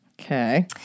Okay